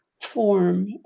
form